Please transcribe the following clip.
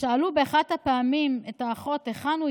כששאלו באחת הפעמים את האחות היכן הוא,